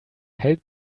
held